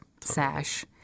sash